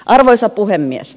arvoisa puhemies